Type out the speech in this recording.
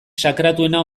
sakratuena